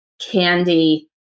candy